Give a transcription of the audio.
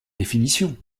définition